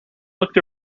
looked